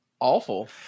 Awful